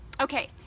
Okay